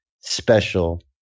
special